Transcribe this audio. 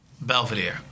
Belvedere